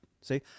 See